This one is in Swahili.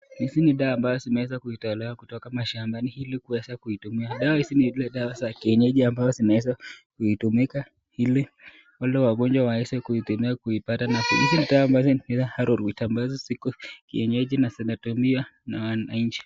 Hizi ni dawa ambazo zimeweza kuitolewa kutoka kwa mashamba. Yaani hili kuweza kuitumia. Dawa hizi ni ile dawa za kienyeji ambazo zinaweza kutumika hili wale wagonjwa waweze kuzitumia kuzipata nafuu. Hizi ni dawa ambazo arrowroot ambazo ziko kienyeji na zinatumia na wananchi.